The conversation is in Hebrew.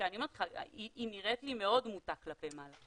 היא נראית לי מאוד מוטה כלפי מעלה.